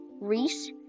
Reese